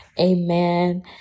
Amen